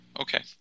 Okay